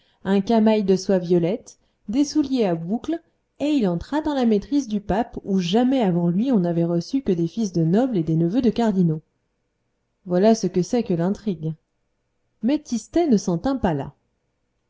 un camail de soie violette des souliers à boucles et il entra dans la maîtrise du pape où jamais avant lui on n'avait reçu que des fils de nobles et des neveux de cardinaux voilà ce que c'est que l'intrigue mais tistet ne s'en tint pas là